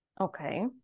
Okay